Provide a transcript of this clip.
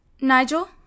Nigel